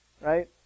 right